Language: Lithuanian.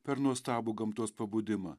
per nuostabų gamtos pabudimą